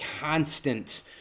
constant